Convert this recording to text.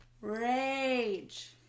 rage